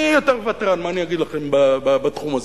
אני יותר ותרן, מה אני אגיד לכם, בתחום הזה,